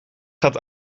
gaat